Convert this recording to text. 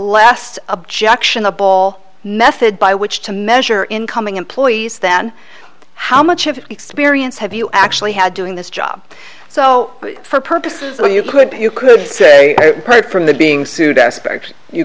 last objectionable method by which to measure incoming employees then how much of experience have you actually had doing this job so for purposes that you could you could say probably from the being sued